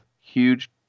huge